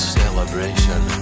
celebration